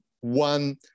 one